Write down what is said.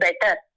better